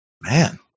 man